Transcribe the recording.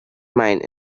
mine